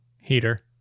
Heater